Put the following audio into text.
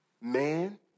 Man